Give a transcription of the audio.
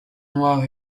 noir